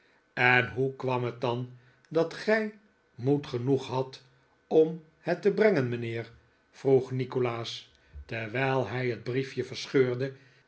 en hoe kwam het dan dat gij moed genoeg hadtyj om het te brengen mijnheer vroeg nikolaas terwijl hij het briefje verscheurde